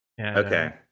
Okay